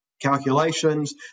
calculations